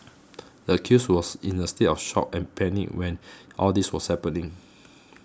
the accused was in a state of shock and panic when all this was happening